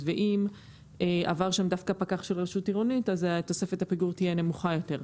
ואם עבר שם דווקא פקח של רשות עירונית אז תוספת הפיגור תהיה נמוכה יותר.